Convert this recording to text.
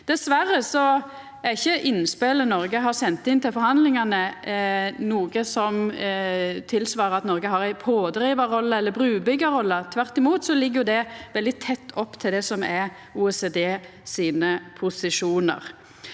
Dessverre er ikkje innspela Noreg har sendt inn til forhandlingane, noko som tilseier at Noreg har ei pådrivarrolle eller brubyggjarrolle. Tvert imot ligg det veldig tett opp til det som er OECDs posisjonar.